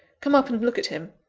come up, and look at him.